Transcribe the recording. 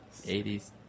80s